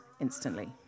instantly